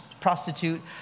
prostitute